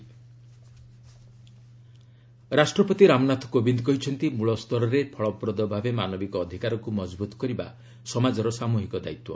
president ରାଷ୍ଟ୍ରପତି ରାମନାଥ କୋବିନ୍ଦ କହିଛନ୍ତି ମୂଳସ୍ତରରେ ଫଳପ୍ରଦଭାବେ ମାନବିକ ଅଧିକାରକୁ ମଜବ୍ରତ କରିବା ସମାଜର ସାମ୍ବହିକ ଦାୟିତ୍ୱ